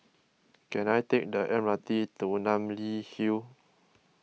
can I take the M R T to Namly Hill